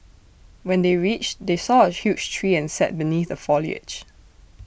when they reached they saw A huge tree and sat beneath the foliage